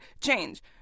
change